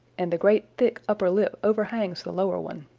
and the great thick upper lip overhangs the lower one.